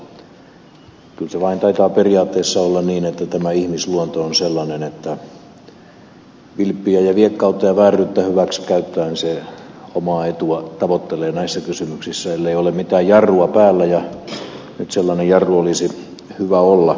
kyllä se vaan taitaa periaatteessa olla niin että tämä ihmisluonto on sellainen että vilppiä viekkautta ja vääryyttä hyväksi käyttäen se omaa etua tavoittelee näissä kysymyksissä ellei ole mitään jarrua päällä ja nyt sellainen jarru olisi hyvä olla